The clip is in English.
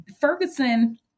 Ferguson